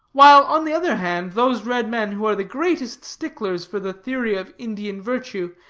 while, on the other hand, those red men who are the greatest sticklers for the theory of indian virtue,